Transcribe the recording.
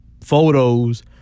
photos